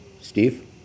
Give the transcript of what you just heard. Steve